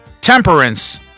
Temperance